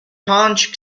punch